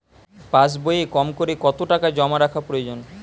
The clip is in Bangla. পাশবইয়ে কমকরে কত টাকা জমা রাখা প্রয়োজন?